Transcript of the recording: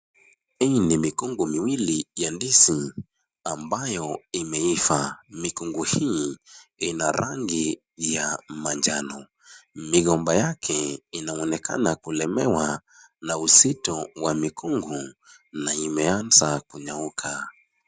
Hii ni mikungu miwili ya ndizi ambayo imeiva. Mikungu hii ina rangi ya manjano, migomba yake inaonekana kulemewa na uzito wa mikungu na imeanza kunyauka.